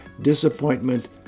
disappointment